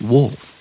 Wolf